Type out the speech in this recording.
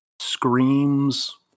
screams